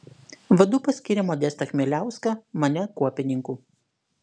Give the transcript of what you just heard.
vadu paskyrė modestą chmieliauską mane kuopininku